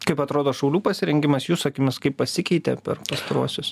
kaip atrodo šaulių pasirengimas jūsų akimis kaip pasikeitė per pastaruosius